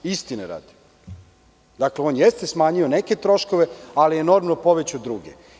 Istine radi, dakle, on jeste smanjio neke troškove ali je enormno povećao druge.